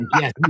Yes